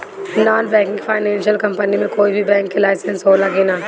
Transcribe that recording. Non banking financial company मे कोई भी बैंक के लाइसेन्स हो ला कि ना?